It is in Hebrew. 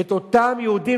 את אותם יהודים,